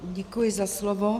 Děkuji za slovo.